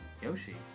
Yoshi